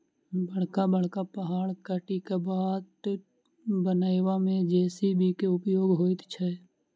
बड़का बड़का पहाड़ काटि क बाट बनयबा मे जे.सी.बी के उपयोग होइत छै